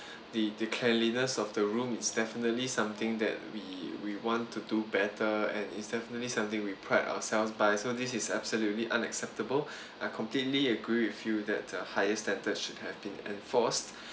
the the cleanliness of the room it's definitely something that we we want to do better and it's definitely something we pride ourselves by so this is absolutely unacceptable I completely agree with you that the highest standards should have been enforced